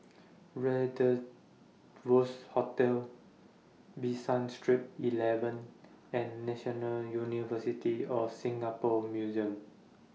Rendezvous Hotel Bishan Street eleven and National University of Singapore Museums